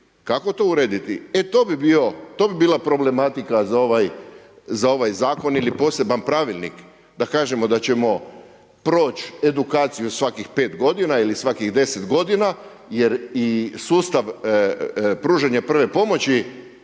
Kako to urediti? E to bi bio, to bi bila problematika za ovaj zakon ili poseban pravilnik da kažemo da ćemo proći edukaciju svakih 5 godina ili svakih 10 godina jer i sustav pružanja prve pomoći